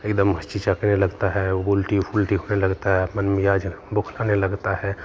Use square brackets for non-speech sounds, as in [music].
एकदम [unintelligible] लगता है उलटी फ़ुलटी होने लगता है अपना मिजाज बौखलाने लगता है